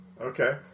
Okay